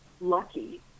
lucky